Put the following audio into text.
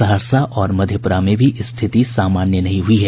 सहरसा और मधेपुरा में भी स्थिति सामान्य नहीं हुई है